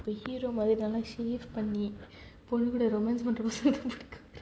the hero Maari தான்:maari thaan shave பண்ணி பொண்ணு கூட:panni ponnu kuda romance பண்ணி:panni